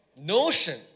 notion